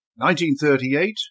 1938